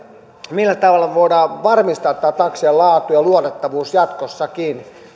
millä tavalla voidaan varmistaa taksien laatu ja luotettavuus jatkossakin